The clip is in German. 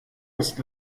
ist